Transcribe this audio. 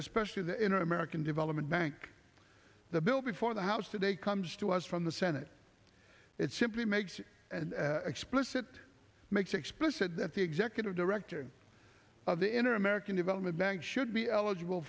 especially the in american development bank the bill before the house today comes to us from the senate it simply makes explicit makes explicit that the executive director of the inner american development bank should be eligible